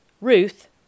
Ruth